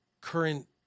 current